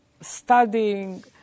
studying